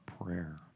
prayer